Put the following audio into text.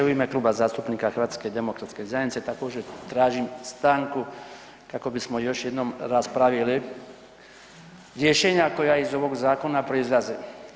U ime Kluba zastupnika HDZ-a također tražim stanku kako bismo još jednom raspravili rješenja koja iz ovog zakona proizlaze.